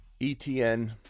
ETN